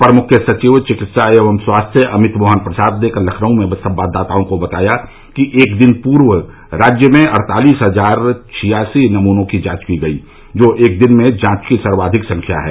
अपर मुख्य सचिव चिकित्सा एवं स्वास्थ्य अमित मोहन प्रसाद ने कल लखनऊ में संवाददातों को बताया कि एक दिन पूर्व राज्य में अड़तालीस हजार छियासी नमूनों की जांच की गयी जो एक दिन में जांच की सर्वाधिक संख्या है